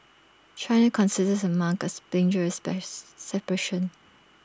China considers the monk as dangerous space separation